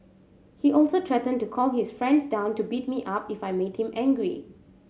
he also threatened to call his friends down to beat me up if I made him angry